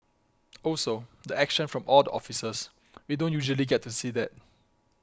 also the action from all the officers we don't usually get to see that